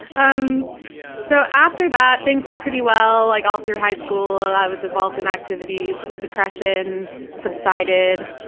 um so after that things went pretty well, like all through high school i was involved in activities, the depression subsided,